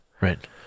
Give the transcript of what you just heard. Right